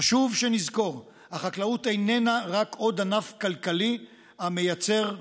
חשוב שנזכור: החקלאות איננה רק עוד ענף כלכלי המייצר סחורות.